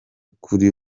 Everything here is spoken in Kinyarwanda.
kuri